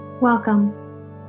Welcome